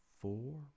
four